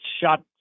shot